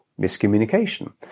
miscommunication